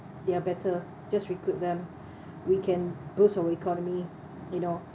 they are better just recruit them we can boost our economy you know